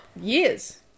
years